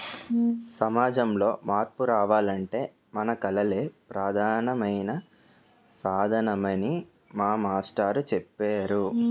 సమాజంలో మార్పు రావాలంటే మన కళలే ప్రధానమైన సాధనమని మా మాస్టారు చెప్పేరు